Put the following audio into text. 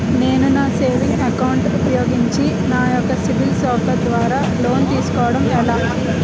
నేను నా savings account ను ఉపయోగించి నా యెక్క సిబిల్ స్కోర్ ద్వారా లోన్తీ సుకోవడం ఎలా?